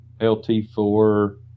LT4